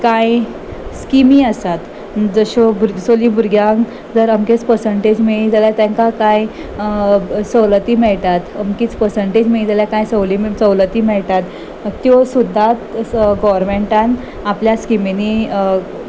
कांय स्किमी आसात जश्यो भुरग चली भुरग्यांक जर अमकेच पर्संटेज मेळ्ळी जाल्यार तांकां कांय सवलती मेळटात अमकेच पर्संटेज मेळी जाल्यार कांय स सवलती मेळटात त्यो सुद्दां गोवरमेंटान आपल्या स्किमीनी